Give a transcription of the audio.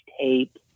tape